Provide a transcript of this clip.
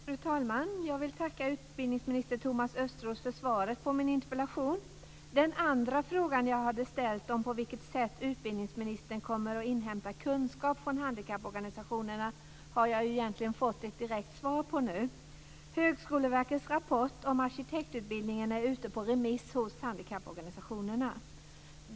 Fru talman! Jag vill tacka utbildningsminister Thomas Östros för svaret på min interpellation. Den andra frågan jag ställde, om vilket sätt utbildningsministern kommer att inhämta kunskap från handikapporganisationerna på, har jag egentligen fått ett direkt svar på. Högskoleverkets rapport om arkitektutbildningen är ute på remiss hos handikapporganisationerna.